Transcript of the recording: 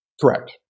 Correct